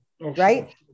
right